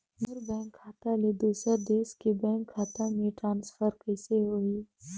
मोर bank खाता ले दुसर देश के बैंक खाता मे ट्रांसफर कइसे होही?